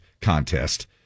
contest